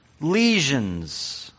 lesions